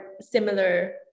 similar